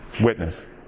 witness